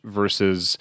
versus